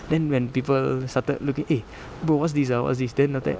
then when people started looking eh bro what's this ah what's this then after that